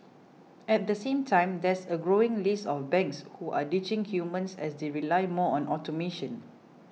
at the same time there's a growing list of banks who are ditching humans as they rely more on automation